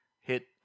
hit